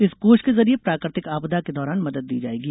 इस कोष के जरिए प्राकृतिक आपदा के दौरान मदद दी जायेगी